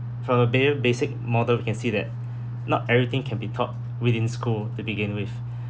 from the ba~ uh basic model we can see that not everything can be taught within school to begin with